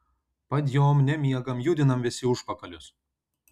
padjom nemiegam judinam visi užpakalius